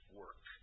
work